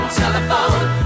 telephone